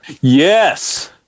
Yes